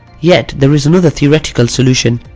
yet, there is another theoretical solution.